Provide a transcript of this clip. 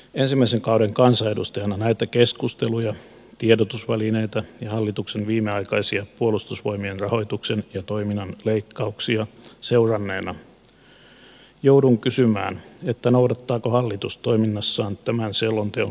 ensimmäisen kauden kansanedustajana näitä keskusteluja tiedotusvälineitä ja hallituksen viimeaikaisia puolustusvoimien rahoituksen ja toiminnan leikkauksia seuranneena joudun kysymään noudattaako hallitus toiminnassaan tämän selonteon linjauksia